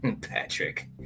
Patrick